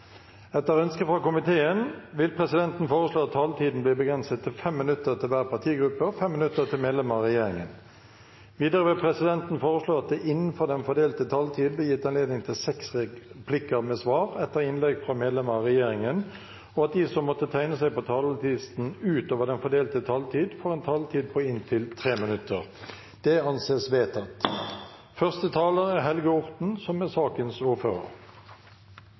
Etter ønske fra kontroll- og konstitusjonskomiteen vil presidenten foreslå at taletiden blir begrenset til 5 minutter til hver partigruppe og 5 minutter til medlemmer av regjeringen. Videre vil presidenten foreslå at det – innenfor den fordelte taletid – blir gitt anledning til inntil seks replikker med svar etter innlegg fra medlemmer av regjeringen, og at de som måtte tegne seg på talerlisten utover den fordelte taletid, får en taletid på inntil 3 minutter. – Det anses vedtatt.